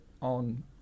on